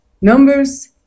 Numbers